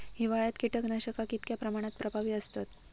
हिवाळ्यात कीटकनाशका कीतक्या प्रमाणात प्रभावी असतत?